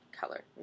color